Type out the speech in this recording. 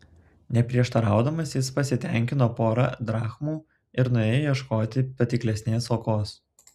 neprieštaraudamas jis pasitenkino pora drachmų ir nuėjo ieškoti patiklesnės aukos